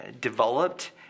developed